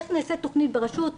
איך נעשית תכנית ברשות,